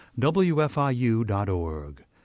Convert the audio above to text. wfiu.org